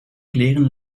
kleren